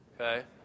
Okay